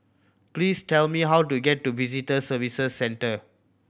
please tell me how to get to Visitor Services Centre